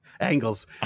Angles